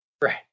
Right